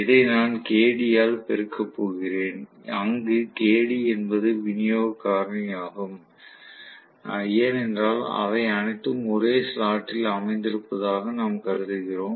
இதை நான் Kd ஆல் பெருக்கப் போகிறேன் அங்கு Kd என்பது விநியோக காரணியாகும் ஏனென்றால் அவை அனைத்தும் ஒரே ஸ்லாட்டில் அமைந்திருப்பதாக நாம் கருதுகிறோம்